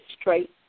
straight